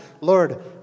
Lord